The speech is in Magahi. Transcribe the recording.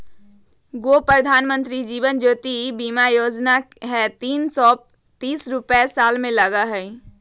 गो प्रधानमंत्री जीवन ज्योति बीमा योजना है तीन सौ तीस रुपए साल में लगहई?